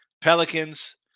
Pelicans